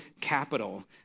capital